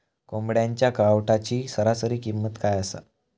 कोंबड्यांच्या कावटाची सरासरी किंमत काय असा?